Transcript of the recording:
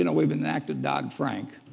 and we've enacted dodd-frank.